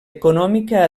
econòmica